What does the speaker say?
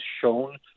shown